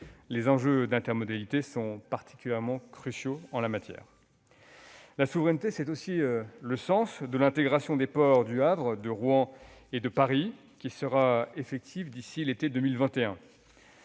Les enjeux d'intermodalité sont cruciaux en la matière. La souveraineté donne aussi son sens à l'intégration des ports du Havre, de Rouen et de Paris, qui sera effective d'ici à l'été 2021.